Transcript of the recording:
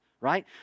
right